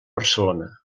barcelona